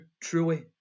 truly